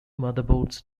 motherboards